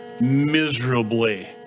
miserably